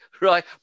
right